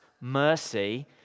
mercy